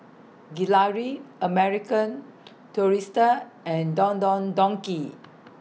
Gelare American Tourister and Don Don Donki